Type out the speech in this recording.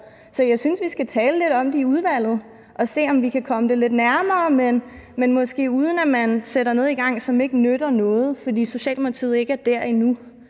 Så jeg synes, vi skal tale lidt om det i udvalget og se, om vi kan komme det lidt nærmere, men måske uden at man sætter noget i gang, som ikke nytter noget, fordi Socialdemokratiet ikke er der endnu